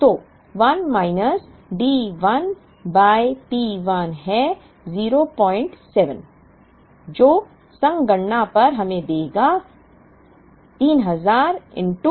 तो 1 minus D 1 by P1 है 07 जो संगणना पर हमें देगा 3000 01 है 300